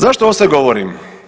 Zašto ovo sve govorim?